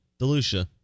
DeLucia